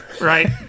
Right